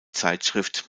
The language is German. zeitschrift